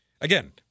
Again